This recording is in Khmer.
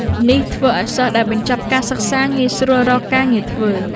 នេះធ្វើឱ្យសិស្សដែលបញ្ចប់ការសិក្សាងាយស្រួលរកការងារធ្វើ។